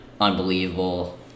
unbelievable